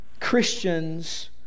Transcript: Christians